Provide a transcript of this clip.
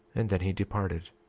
and then he departed.